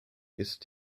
ist